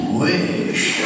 wish